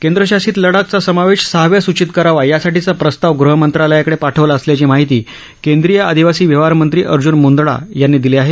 केंद्र शासित लडाखचा समावेश सहाव्या सूचित करावा यासाठीचा प्रस्ताव गृहमंत्रालयाकडे पाठवला असल्याची माहिती कैंद्रीय आदिवासी व्यवहारमंत्री अर्ज्न मुंदडा यांनी दिली आहे